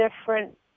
different